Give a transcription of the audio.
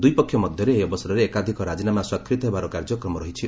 ଦୁଇ ପକ୍ଷ ମଧ୍ୟରେ ଏହି ଅବସରରେ ଏକାଧିକ ରାଜିନାମା ସ୍ୱାକ୍ଷରିତ ହେବାର କାର୍ଯ୍ୟକ୍ରମ ରହିଛି